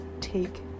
take